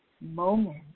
moment